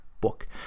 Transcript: book